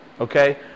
Okay